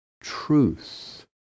truth